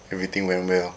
everything went well